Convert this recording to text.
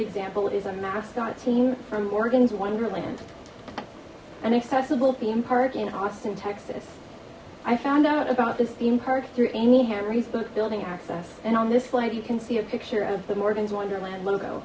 example is a mascot team from morgan's wonderland an accessible theme park in austin texas i found out about this theme park through aimee henry's book building access and on this slide you can see a picture of the morgan's wonderland logo